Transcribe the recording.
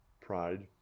pride